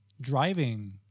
driving